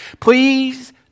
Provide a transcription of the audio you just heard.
please